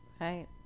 Right